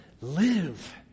live